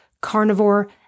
carnivore